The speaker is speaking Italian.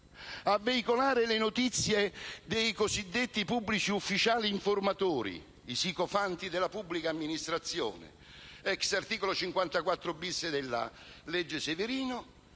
a veicolare le notizie dei cosiddetti pubblici ufficiali informatori, i sicofanti della pubblica amministrazione, *ex* articolo 54-*bis* della legge Severino,